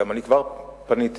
וכבר פניתי